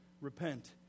repent